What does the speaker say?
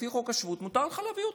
לפי חוק השבות מותר לך להביא אותה,